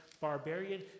barbarian